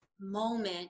moment